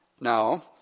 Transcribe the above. now